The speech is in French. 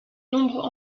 nombres